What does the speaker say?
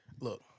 Look